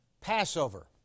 Passover